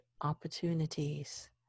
opportunities